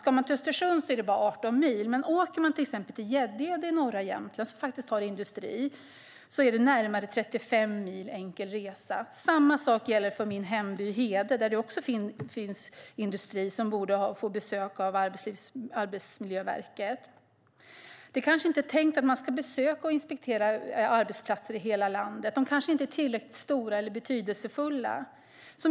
Ska man till Östersund är det bara 18 mil, men åker man till exempel till Gäddede i norra Jämtland, som faktiskt har industri, är det närmare 35 mil enkel resa. Samma sak gäller för min hemby Hede, där det också finns industri som borde få besök av Arbetsmiljöverket. Det är kanske inte tänkt att man ska besöka och inspektera arbetsplatser i hela landet; de kanske inte är tillräckligt stora eller betydelsefulla.